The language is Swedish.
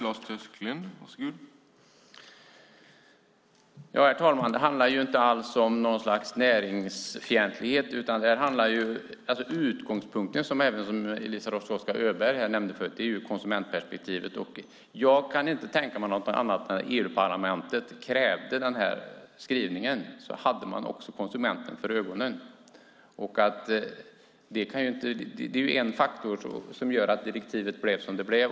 Herr talman! Det handlar inte alls om något slags näringslivsfientlighet. Utgångspunkten, som även Eliza Roszkowska Öberg nämnde förut, är konsumentperspektivet. Jag kan inte tänka mig något annat än att när EU-parlamentet krävde den här skrivningen hade man också konsumenten för ögonen. Det är en faktor som gjort att direktivet blev som det blev.